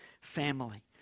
family